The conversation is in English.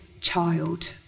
child